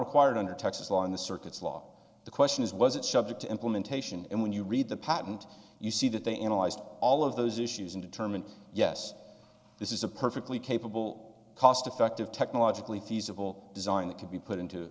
required under texas law and the circuits law the question is was it subject to implementation and when you read the patent you see that they analyzed all of those issues and determined yes this is a perfectly capable cost effective technologically feasible design that could be put into